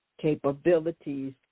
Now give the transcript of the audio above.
capabilities